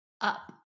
up